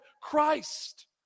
Christ